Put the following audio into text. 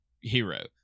hero